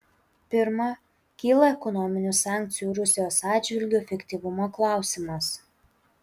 pirma kyla ekonominių sankcijų rusijos atžvilgiu efektyvumo klausimas